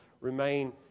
remain